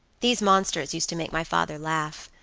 these monsters used to make my father laugh.